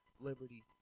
liberty